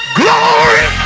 glory